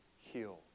heal